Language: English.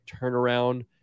turnaround